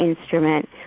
instrument